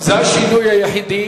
זה השינוי היחיד.